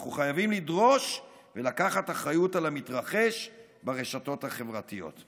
אנחנו חייבים לדרוש ולקחת אחריות על המתרחש ברשתות החברתיות.